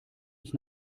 ich